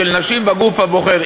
של נשים בגוף הבוחר,